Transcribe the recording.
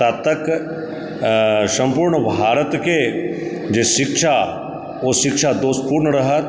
तावत तक सम्पूर्ण भारतके जे शिक्षा ओ शिक्षा दोषपूर्ण रहत